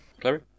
Clary